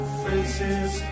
faces